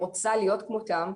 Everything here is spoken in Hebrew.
ורוצה להיות כמותם,